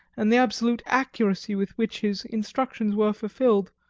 and the absolute accuracy with which his instructions were fulfilled,